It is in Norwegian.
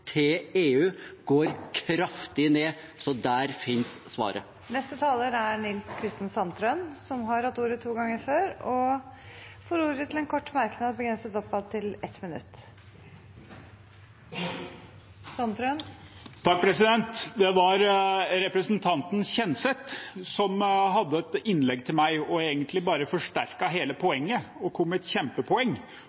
til EU går kraftig ned. Så der fins svaret. Representanten Nils Kristen Sandtrøen har hatt ordet to ganger tidligere og får ordet til en kort merknad, begrenset til 1 minutt. Det var representanten Kjenseth som hadde et innlegg til meg og egentlig bare forsterket hele